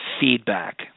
feedback